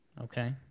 Okay